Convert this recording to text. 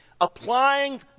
applying